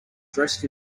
dressed